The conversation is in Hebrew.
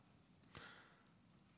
זה היה קצר מאוד.